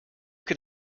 can